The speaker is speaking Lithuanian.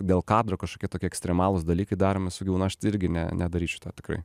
dėl kadro kažkokie tokie ekstremalūs dalykai daromi su gyvūnu aš tai irgi ne nedaryčiau to tikrai